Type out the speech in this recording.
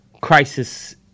crisis